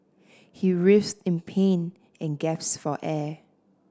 he writhed in pain and gasped for air